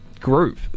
group